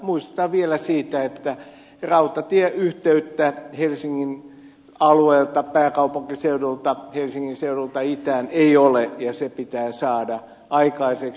muistutan vielä siitä että rautatieyhteyttä helsingin alueelta pääkaupunkiseudulta itään ei ole ja se pitää saada aikaiseksi